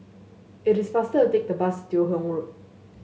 it is faster to take the bus Teo Hong Road